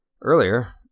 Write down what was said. earlier